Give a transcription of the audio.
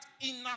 inner